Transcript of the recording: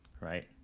right